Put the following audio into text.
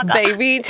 baby